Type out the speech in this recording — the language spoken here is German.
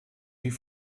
die